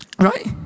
right